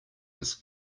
this